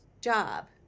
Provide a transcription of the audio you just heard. job